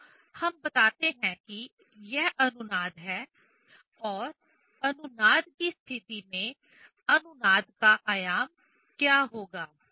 तो हम बताते हैं कि यह अनुनाद है और अनुनाद की स्थिति में अनुनाद का आयाम क्या होगा